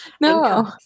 No